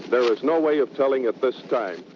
there is no way of telling at this time.